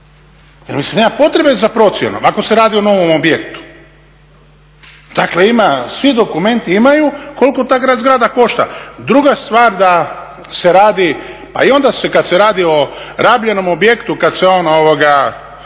Mislim nema potrebe za procjenom ako se radi o novom objektu. Dakle svi dokumenti imaju, koliko ta zgrada košta. Druga stvar da se radi, pa i onda kad se radi o rabljenom objektu kad se on